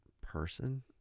person